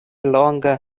longa